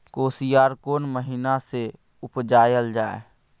कोसयार कोन महिना मे उपजायल जाय?